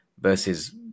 versus